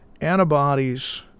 antibodies